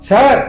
Sir